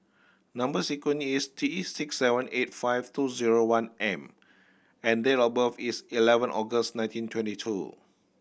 number sequence is T six seven eight five two zero one M and date of birth is eleven August nineteen twenty two